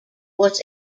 was